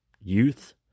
youth